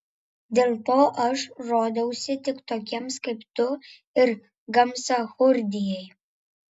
dėl to aš rodausi tik tokiems kaip tu ir gamsachurdijai